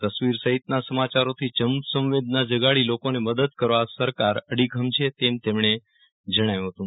તસવીર સહિતના સમાચારોથી જનસંવેદના જગાડી લોકોને મદદ કરવા સરકાર અડીખમ છે તેમ એમણે જણાવ્યું હતું